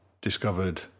discovered